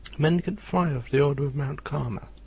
mendicant friar of the order of mount carmel.